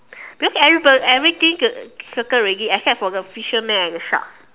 because everybody everything circle already except for the fisherman and the shark